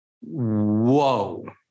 whoa